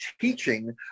teaching